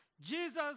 Jesus